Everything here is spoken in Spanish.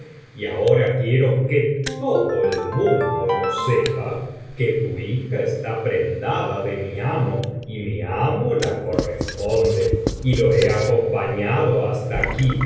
y ahora quiero que todo el mundo lo sepa que tu hija está prendada de mi amo y mi amo la corresponde y le he acompañado hasta aquí